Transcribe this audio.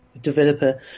developer